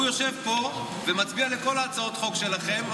הוא יושב פה ומצביע לכל הצעות החוק שלכם,